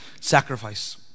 sacrifice